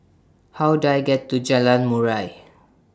How Do I get to Jalan Murai